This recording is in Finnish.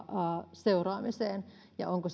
seuraamiseen ja onko